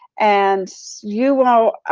and you will,